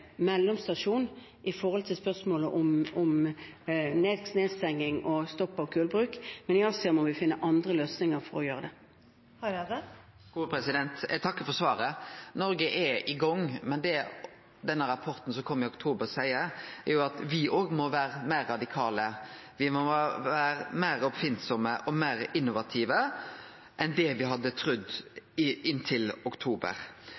mellomstasjon med hensyn til spørsmålet om nedstenging og stopp av kullbruk, men i Asia må vi finne andre løsninger. Eg takkar for svaret. Noreg er i gang, men det som denne rapporten, som kom i oktober, seier, er at me òg må vere meir radikale. Me må vere meir oppfinnsame og meir innovative enn det me hadde trudd inntil oktober.